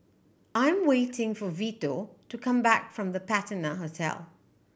I'm waiting for Vito to come back from The Patina Hotel